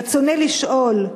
רצוני לשאול: